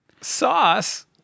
Sauce